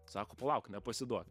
sako palauk nepasiduok